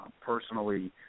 personally